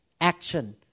action